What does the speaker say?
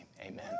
Amen